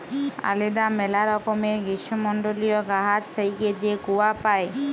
আলেদা ম্যালা রকমের গীষ্মমল্ডলীয় গাহাচ থ্যাইকে যে কূয়া পাই